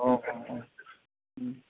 अ अ